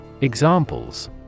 Examples